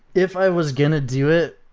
if i was going to do it,